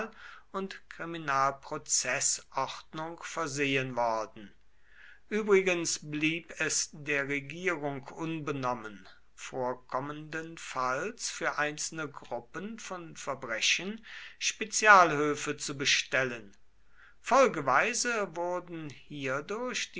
und kriminalprozeßordnung versehen worden übrigens blieb es der regierung unbenommen vorkommendenfalls für einzelne gruppen von verbrechen spezialhöfe zu bestellen folgeweise wurden hierdurch